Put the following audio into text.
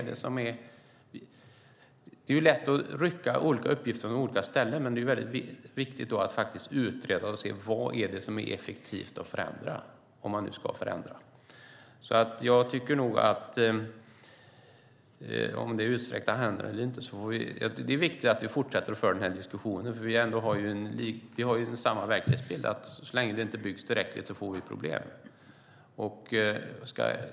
Det är lätt att rycka olika uppgifter från olika ställen, och därför är det väldigt viktigt att faktiskt utreda och se vad det är som är effektivt att förändra, om man nu ska förändra. Utsträckta händer eller inte är det viktigt att vi fortsätter att följa den här diskussionen. Vi har ju samma verklighetsbild, det vill säga att så länge det inte byggs tillräckligt får vi problem.